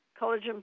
collagen